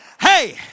Hey